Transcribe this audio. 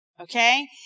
okay